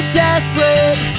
desperate